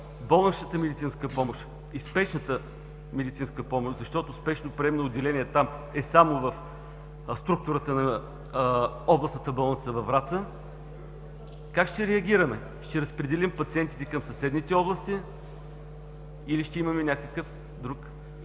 болничната медицинска помощ и спешната медицинска помощ, защото Спешното приемно отделение там е само в структурата на Областната болница във Враца, как ще реагираме – ще разпределим пациентите към съседните области, или ще имаме някакъв друг модел?